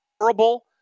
horrible